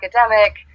academic